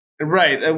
Right